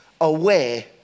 away